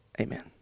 Amen